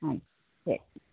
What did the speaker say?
ஆ சரி